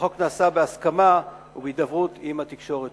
שהחוק נעשה בהסכמה ובהידברות עם התקשורת.